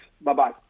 Bye-bye